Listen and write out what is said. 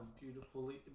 beautifully